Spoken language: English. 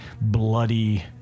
bloody